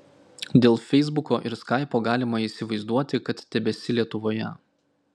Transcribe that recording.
dėl feisbuko ir skaipo galima įsivaizduoti kad tebesi lietuvoje